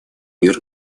мир